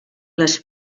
les